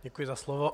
Děkuji za slovo.